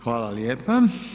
Hvala lijepa.